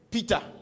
Peter